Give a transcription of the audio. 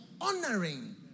honoring